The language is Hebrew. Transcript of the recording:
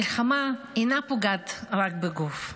מלחמה אינה פוגעת רק בגוף,